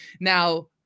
Now